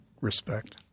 respect